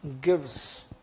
gives